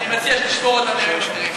אני מציע שתשמור אותה לימים אחרים.